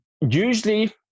usually